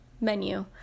menu